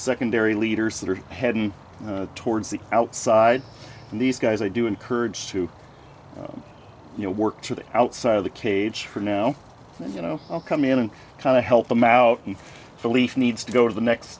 secondary leaders that are heading towards the outside and these guys i do encourage to you know work to the outside of the cage for now and you know i'll come in and kind of help them out and the leaf needs to go to the next